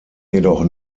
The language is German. jedoch